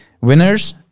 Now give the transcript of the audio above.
winners